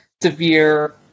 severe